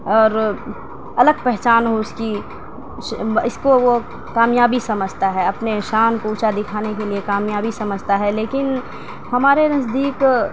اور الگ پہچان ہو اس کی اس کو وہ کامیابی سمجھتا ہے اپنے شان کو اونچا دکھانے کے لیے کامیابی سمجھتا ہے لیکن ہمارے نزدیک